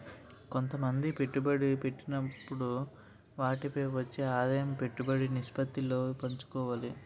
కొంతమంది పెట్టుబడి పెట్టినప్పుడు వాటిపై వచ్చే ఆదాయం పెట్టుబడి నిష్పత్తిలో పంచుకోవాలి